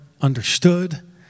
understood